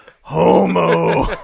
Homo